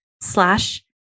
slash